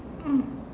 mm